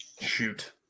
Shoot